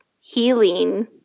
healing